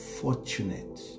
fortunate